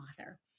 author